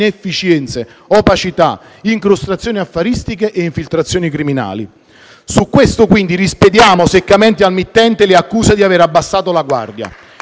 opacità, incrostazioni affaristiche e infiltrazioni criminali. Su questo, quindi, rispediamo seccamente al mittente le accuse di aver abbassato la guardia.